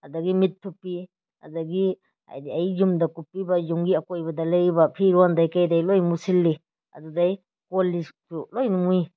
ꯑꯗꯨꯗꯒꯤ ꯃꯤꯠ ꯊꯨꯞꯄꯤ ꯑꯗꯨꯗꯒꯤ ꯍꯥꯏꯕꯗꯤ ꯑꯩ ꯌꯨꯝꯗ ꯀꯨꯞꯄꯤꯕ ꯌꯨꯝꯒꯤ ꯑꯀꯣꯏꯕꯗ ꯂꯩꯔꯤꯕ ꯐꯤꯔꯣꯟꯗꯒꯤ ꯀꯔꯤꯗꯩ ꯂꯣꯏꯅ ꯃꯨꯁꯤꯜꯂꯤ ꯑꯗꯨꯗꯩ ꯀꯣꯜꯂꯤꯛꯁꯨ ꯂꯣꯏꯅ ꯃꯨꯏ